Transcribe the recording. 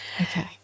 Okay